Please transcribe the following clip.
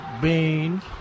beans